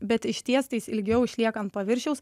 bet išties tai jis ilgiau išlieka ant paviršiaus